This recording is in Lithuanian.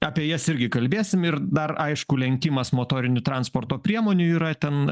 apie jas irgi kalbėsim ir dar aišku lenkimas motorinių transporto priemonių yra ten